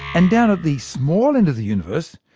and down at the small end of the universe,